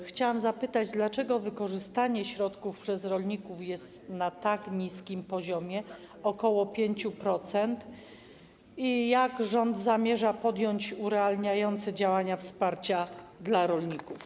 Chciałam zapytać, dlaczego wykorzystanie środków przez rolników jest na tak niskim poziomie - ok. 5% i jak rząd zamierza podjąć urealniające działania dotyczące wsparcia dla rolników.